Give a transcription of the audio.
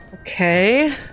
Okay